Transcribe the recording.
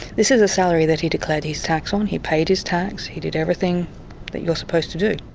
this is a salary that he declared his tax on, he paid his tax, he did everything that you're supposed to do.